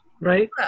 right